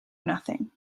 nothing